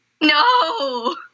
No